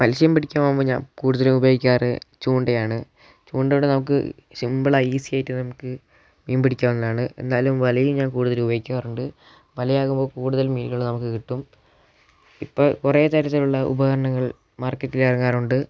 മത്സ്യം പിടിക്കാൻ പോവുമ്പോൾ ഞാൻ കൂടുതലും ഉപയോഗിക്കാറുള്ളത് ചൂണ്ടയാണ് ചൂണ്ടയുടെ നമുക്ക് സിമ്പിളാണ് ഈസി ആയിട്ട് നമുക്ക് മീൻ പിടിക്കാവുന്നതാണ് എന്നാലും വലയും ഞാൻ കൂടുതൽ ഉപയോഗിക്കാറുണ്ട് വലയാകുമ്പോൾ കൂടുതൽ മീനുകൾ നമുക്ക് കിട്ടും ഇപ്പം കുറേ തരത്തിലുള്ള ഉപകരണങ്ങൾ മാർക്കറ്റിൽ ഇറങ്ങാറുണ്ട്